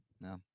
no